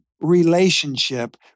relationship